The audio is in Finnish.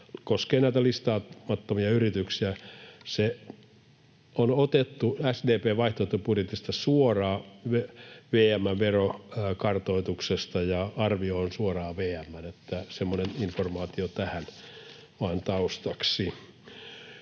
koskee näitä listaamattomia yrityksiä: se on otettu SDP:n vaihtoehtobudjettiin suoraan VM:n verokartoituksesta, ja arvio on suoraan VM:n. Että semmoinen informaatio tähän vaan taustaksi.